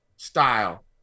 Style